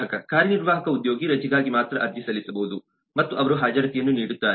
ಗ್ರಾಹಕ ಕಾರ್ಯನಿರ್ವಾಹಕ ಉದ್ಯೋಗಿ ರಜೆಗಾಗಿ ಮಾತ್ರ ಅರ್ಜಿ ಸಲ್ಲಿಸಬಹುದು ಮತ್ತು ಅವರು ಹಾಜರಾತಿಯನ್ನು ನೀಡುತ್ತಾರೆ